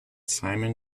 simon